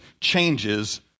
changes